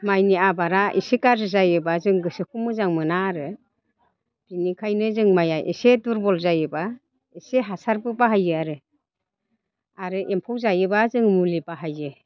माइनि आबादा एसे गारजि जायोब्ला जों गोसोखौ मोजां मोना आरो बिनिखायनो जों माइआ दुरबल जायोब्ला एसे हासारबो बाहायो आरो आरो एमफौ जायोब्ला जों मुलि बाहायो